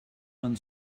man